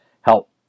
help